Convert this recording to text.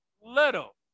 Little